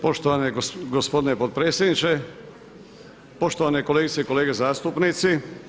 Poštovani gospodine potpredsjedniče, poštovane kolegice i kolege zastupnici.